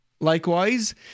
Likewise